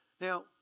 Now